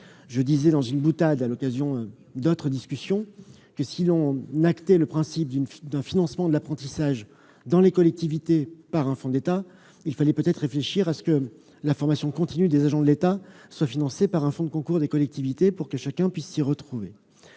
J'ai dit sous forme de boutade, à l'occasion d'une autre discussion, que si l'on entérinait le principe d'un financement de l'apprentissage dans les collectivités par un fonds d'État, il faudrait peut-être envisager un financement de la formation continue des agents de l'État par un fonds de concours des collectivités, pour que chacun puisse s'y retrouver